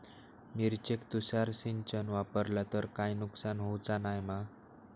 मिरचेक तुषार सिंचन वापरला तर काय नुकसान होऊचा नाय मा?